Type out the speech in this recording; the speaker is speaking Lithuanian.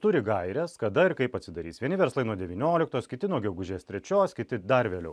turi gaires kada ir kaip atsidarys vieni verslai nuo devynioliktos kiti nuo gegužės trečios kiti dar vėliau